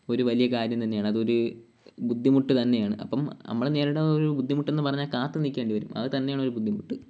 ഒരു വലിയ കാര്യം തന്നെയാണതൊരു ബുദ്ധിമുട്ട് തന്നെയാണ് അപ്പോള് നമ്മൾ നേരിടുന്നൊരു ബുദ്ധിമുട്ടെന്ന് പറഞ്ഞാല് കാത്തുനില്ക്കേണ്ടി വരും അതുതന്നെയാണ് ഒരു ബുദ്ധിമുട്ട്